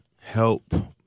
help